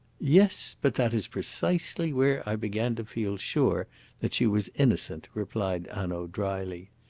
yes, but that is precisely where i began to feel sure that she was innocent, replied hanaud dryly.